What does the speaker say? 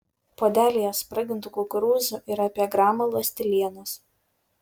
puodelyje spragintų kukurūzų yra apie gramą ląstelienos